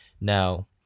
Now